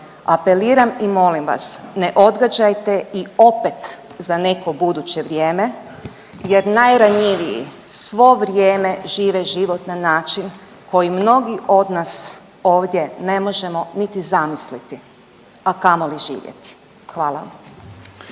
Apeliram i molim vas, ne odgađajte i opet za neko buduće vrijeme jer najranjiviji svo vrijeme žive život na način koji mnogi od nas ovdje ne možemo niti zamisliti, a kamoli živjeti. Hvala.